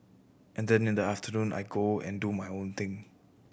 and then in the afternoon I go and do my own thing